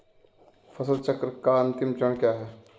फसल चक्र का अंतिम चरण क्या है?